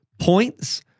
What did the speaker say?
points